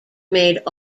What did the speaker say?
made